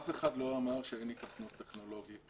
אף אחד לא אמר שאין היתכנות טכנולוגית.